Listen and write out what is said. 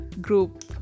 group